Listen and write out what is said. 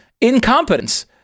incompetence